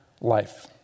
life